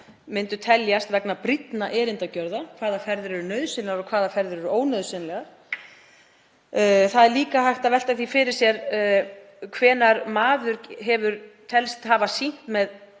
myndu teljast vegna brýnna erindagjörða. Hvaða ferðir eru nauðsynlegar og hvaða ferðir eru ónauðsynlegar? Það er líka hægt að velta því fyrir sér hvenær maður telst hafa sýnt með